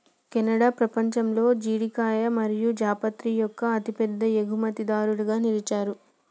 Canada పపంచంలో జీడికాయ మరియు జాపత్రి యొక్క అతిపెద్ద ఎగుమతిదారులుగా నిలిచారు